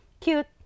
Cute